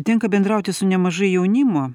tenka bendrauti su nemažai jaunimo